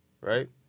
right